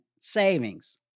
savings